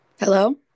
Hello